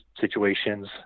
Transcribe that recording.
situations